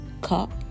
cup